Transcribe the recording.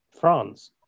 France